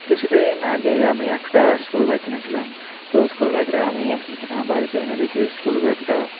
কিছুদিন আগেই আমি একটা স্কুল ব্যাগ কিনেছিলাম তো স্কুল ব্যাগটা আমি বাড়িতে এনে দেখি স্কুল ব্যাগটা